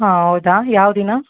ಹಾಂ ಹೌದಾ ಯಾವ ದಿನ